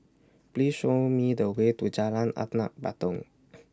Please Show Me The Way to Jalan Anak Patong